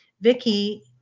vicky